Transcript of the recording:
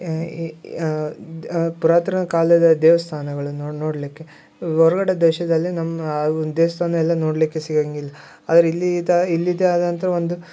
ಆ ಪುರಾತನ್ ಕಾಲದ ದೇವಸ್ಥಾನಗಳು ನೋಡಲಿಕ್ಕೆ ಹೊರ್ಗಡೆ ದೇಶದಲ್ಲಿ ನಮ್ಮ ಆ ಒಂದು ದೇವ್ಸ್ಥಾನ ಎಲ್ಲ ನೋಡಲಿಕ್ಕೆ ಸಿಗೋಂಗಿಲ್ಲ ಆದ್ರೆ ಇಲ್ಲೀದು ಇಲ್ಲಿದೆ ಆದಂಥ ಒಂದು